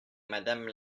madame